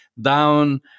down